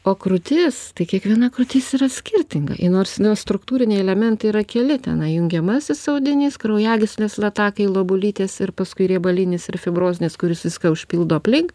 o krūtis tai kiekviena krūtis yra skirtinga ir nors struktūriniai elementai yra keli tenai jungiamasis audinys kraujagyslės latakai lobulytės ir paskui riebalinis ir fibrozinis kuris viską užpildo aplink